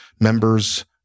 members